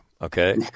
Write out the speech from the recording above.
Okay